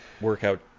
workout